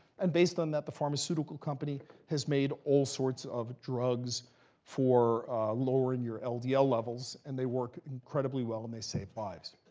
and based on that, the pharmaceutical company has made all sorts of drugs for lowering your ldl levels, and they work incredibly well, and they save lives.